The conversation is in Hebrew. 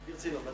ברצינות?